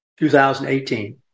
2018